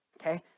Okay